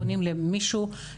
פונים למישהו,